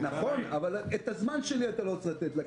נכון, אבל את הזמן שלי אתה לא צריך לתת לה.